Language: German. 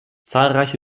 zahlreiche